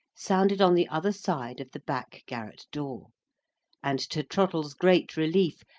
sounded on the other side of the back garret door and, to trottle's great relief,